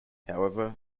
however